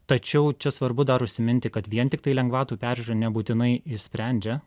tačiau čia svarbu dar užsiminti kad vien tiktai lengvatų peržiūra nebūtinai išsprendžia